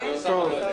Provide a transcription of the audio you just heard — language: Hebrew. כחול לבן,